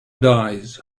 dies